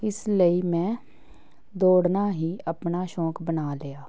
ਇਸ ਲਈ ਮੈਂ ਦੌੜਨਾ ਹੀ ਆਪਣਾ ਸ਼ੌਕ ਬਣਾ ਲਿਆ